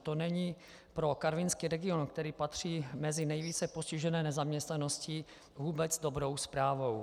To není pro karvinský region, který patří mezi nejvíce postižené nezaměstnaností, vůbec dobrou zprávou.